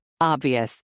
Obvious